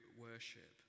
Worship